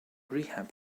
rehab